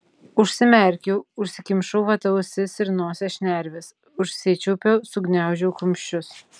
užsimerkiau užsikimšau vata ausis ir nosies šnerves užsičiaupiau sugniaužiau kumščius